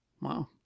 Wow